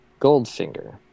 Goldfinger